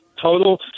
total